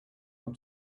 have